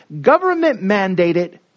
government-mandated